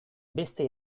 beste